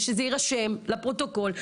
וזה יירשם לפרוטוקול,